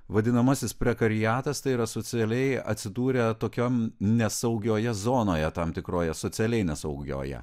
vadinamasis prekarjeatas tai yra socialiai atsidūrę tokioj nesaugioje zonoje tam tikroje socialiai nesaugioje